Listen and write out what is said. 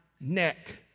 neck